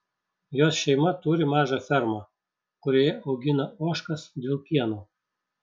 jos šeima turi mažą fermą kurioje augina ožkas dėl pieno